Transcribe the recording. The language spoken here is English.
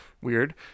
weird